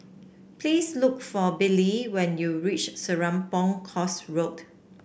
please look for Billye when you reach Serapong Course Road